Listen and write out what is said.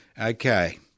Okay